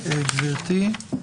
גברתי.